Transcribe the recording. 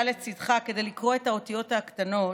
לצידך כדי לקרוא את האותיות הקטנות,